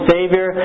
Savior